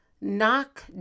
Knock